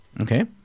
Okay